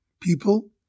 people